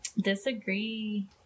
Disagree